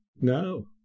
No